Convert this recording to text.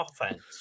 offense